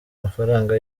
amafaranga